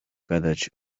gadać